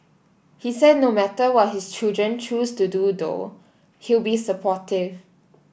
he said no matter what his children choose to do though he'll be supportive